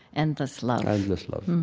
endless love. endless love.